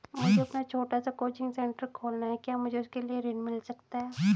मुझे अपना छोटा सा कोचिंग सेंटर खोलना है क्या मुझे उसके लिए ऋण मिल सकता है?